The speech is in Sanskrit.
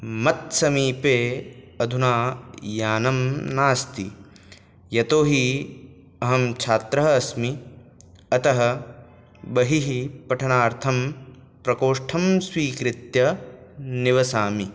मत्समीपे अधुना यानं नास्ति यतोऽहि अहं छात्रः अस्मि अतः बहिः पठनार्थं प्रकोष्ठं स्वीकृत्य निवसामि